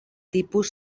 tipus